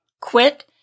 quit